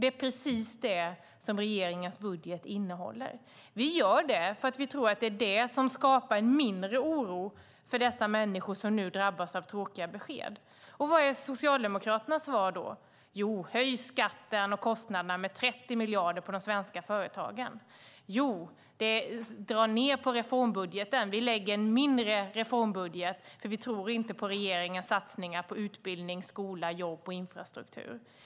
Det är precis det regeringens budget innehåller. Vi gör detta för att vi tror att det är det som skapar mindre oro för de människor som nu drabbas av tråkiga besked. Vad är Socialdemokraternas svar? Höj skatten och kostnaderna med 30 miljarder för de svenska företagen! Dra ned på reformbudgeten! Vi lägger fram en mindre reformbudget, för vi tror inte på regeringens satsningar på utbildning, skola, jobb och infrastruktur!